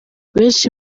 benshi